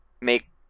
make